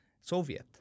Soviet